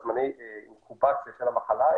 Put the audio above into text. זמני האינקובציה של המחלה,